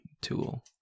tool